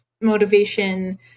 motivation